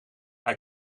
hij